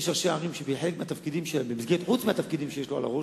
שיש ראשי ערים שחוץ מהתפקידים שיש להם על הראש,